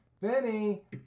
Vinny